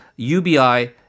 UBI